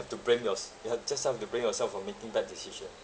to blame yours~ you had just self to blame yourself for making bad decision